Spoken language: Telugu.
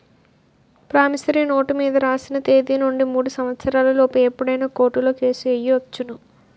ప్రామిసరీ నోటు మీద రాసిన తేదీ నుండి మూడు సంవత్సరాల లోపు ఎప్పుడైనా కోర్టులో కేసు ఎయ్యొచ్చును